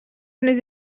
les